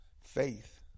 faith